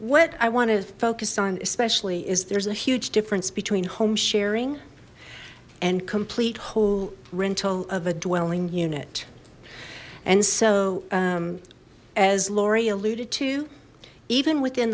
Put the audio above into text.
what i want to focus on especially is there's a huge difference between home sharing and complete whole rental of a dwelling unit and so as laurie alluded to even within